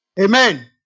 Amen